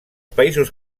països